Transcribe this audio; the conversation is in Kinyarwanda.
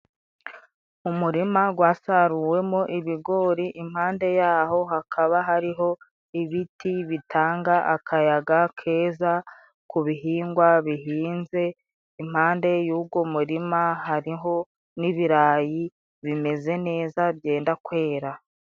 Umurima gwasaruwemo ibigori, impande yaho hakaba hariho ibiti bitanga akayaga keza ku bihingwa bihinze, impande y'ugo murima, hariho n'ibirayi bimeze neza, byenda kwera.